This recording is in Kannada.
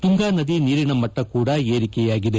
ತುಂಗಾ ನದಿ ನೀರಿನ ಮಟ್ಟ ಕೂಡ ಏರಿಕೆಯಾಗಿದೆ